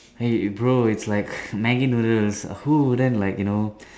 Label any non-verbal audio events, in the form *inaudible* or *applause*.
hey bro is like *noise* Maggi noodles who wouldn't like you know